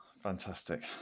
Fantastic